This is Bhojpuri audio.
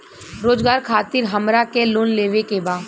रोजगार खातीर हमरा के लोन लेवे के बा?